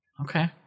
Okay